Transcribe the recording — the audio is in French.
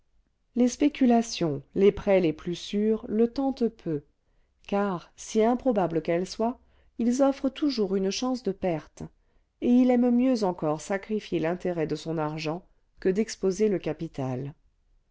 les spéculations les prêts les plus sûrs le tentent peu car si improbable qu'elle soit ils offrent toujours une chance de perte et il aime mieux encore sacrifier l'intérêt de son argent que d'exposer le capital